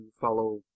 follow